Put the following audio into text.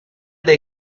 they